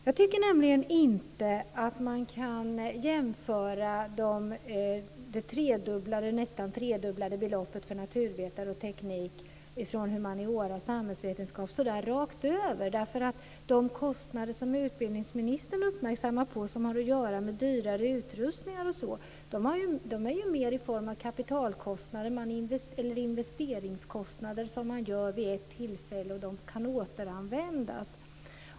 Jag tycker inte att man kan jämföra det nästan tredubblade beloppet för naturvetenskap och teknik med vad som gäller för humaniora och samhällsvetenskap rakt över. De kostnader som utbildningsministern uppmärksammade, som har att göra med t.ex. dyrare utrustningar, är mer i form av kapitalkostnader. Det är investeringskostnader som man har vid ett tillfälle, och de utrustningarna kan återanvändas.